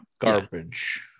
Garbage